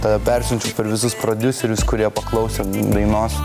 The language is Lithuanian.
tave persiunčia per visus prodiuserius kurie paklausė dainos